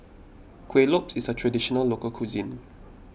Kuih Lopes is a Traditional Local Cuisine